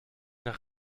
nach